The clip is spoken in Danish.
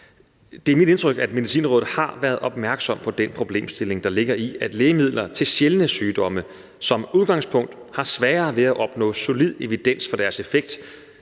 Det er mit indtryk, at Medicinrådet har været opmærksom på den problemstilling, der ligger i, at lægemidler til sjældne sygdomme som udgangspunkt har sværere ved at opnå solid evidens for deres effekt,